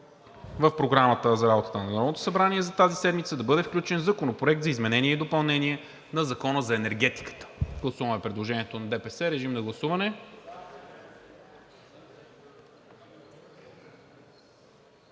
в Програмата за работата на Народното събрание за тази седмица да бъде включен Законопроект за изменение и допълнение на Закона за енергетиката. Гласуваме предложението на ДПС. Гласували